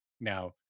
now